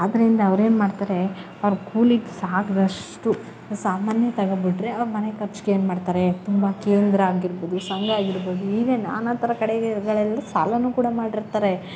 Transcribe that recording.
ಆದ್ದರಿಂದ ಅವ್ರೇನು ಮಾಡ್ತಾರೆ ಅವ್ರ ಕೂಲಿಗೆ ಸಾಕಿದಷ್ಟು ಸಾಮಾನೇ ತಗೊಂಡು ಬಿಟ್ಟರೆ ಅವ್ರ ಮನೆ ಖರ್ಚಿಗೇನು ಮಾಡ್ತಾರೆ ತುಂಬ ಕೇಂದ್ರ ಆಗಿರ್ಬೋದು ಸಂಘ ಆಗಿರ್ಬೊದು ಹೀಗೆ ನಾನಾ ಥರ ಕಡೆಗೆಗಳಲ್ಲೂ ಸಾಲನು ಕೂಡ ಮಾಡಿರ್ತಾರೆ